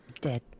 dead